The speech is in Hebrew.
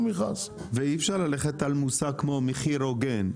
ואי אפשר ללכת על מושג כמו מחיר הוגן.